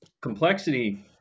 Complexity